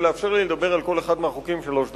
ולאפשר לי לדבר על כל אחד מהחוקים שלוש דקות.